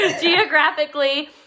geographically